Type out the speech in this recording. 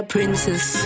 Princess